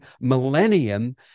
millennium